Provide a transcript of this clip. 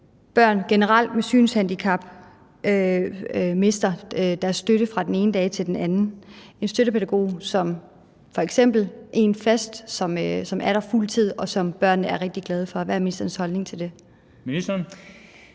børn med synshandicap generelt mister deres støtte fra den ene dag til den anden, f.eks. en støttepædagog, som er der fast og på fuld tid, og som børnene er rigtig glade for. Hvad er ministerens holdning til det?